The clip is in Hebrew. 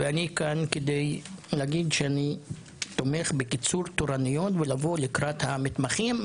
אני כאן כדי להגיד שאני תומך בקיצור תורנויות ובלבוא לקראת המתמחים,